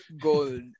gold